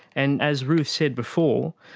and as ruth said before,